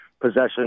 possession